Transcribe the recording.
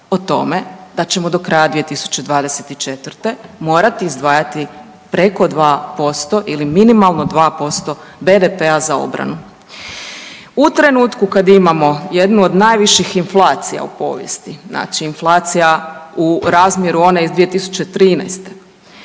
o tome da ćemo do kraja 2024. morati izdvajati preko 2% ili minimalno 2% BDP-a za obranu. U trenutku kada imamo jednu od najviših inflacija u povijesti, znači inflacija u razmjeru one iz 2013.,